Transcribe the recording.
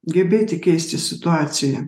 gebėti keisti situaciją